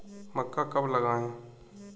मक्का कब लगाएँ?